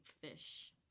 fish